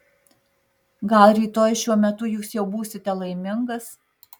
gal rytoj šiuo metu jūs jau būsite laimingas